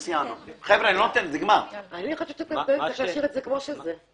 אני חושבת שאתם טועים, צריך להשאיר את זה כמו שזה.